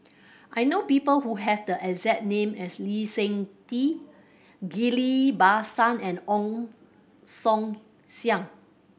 I know people who have the exact name as Lee Seng Tee Ghillie Basan and Ong Song Siang